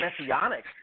messianic